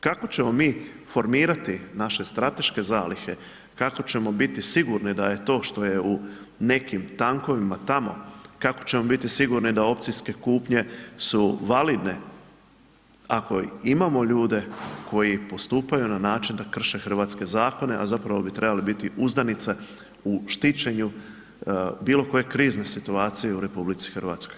Kako ćemo mi formirati naše strateške zalihe, kako ćemo biti sigurni da je to što je u nekim tankovima tamo, kao ćemo biti sigurni da opcijske kupnje su validne ako imamo ljude koji postupaju na način da krše hrvatske zakone a zapravo bi trebali biti uzdanica u štićenju bilo koje krizne situacije u RH.